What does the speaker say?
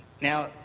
now